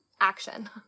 action